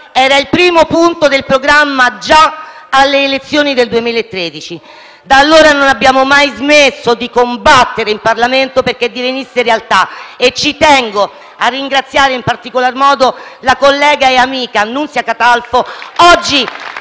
Era il primo punto del programma già alle elezioni del 2013. Da allora non abbiamo mai smesso di combattere in Parlamento perché divenisse realtà e ci tengo a ringraziare in particolar modo la collega e amica Nunzia Catalfo, oggi